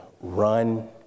run